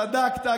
צדקת,